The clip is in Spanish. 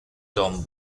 tom